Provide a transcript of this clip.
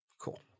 Cool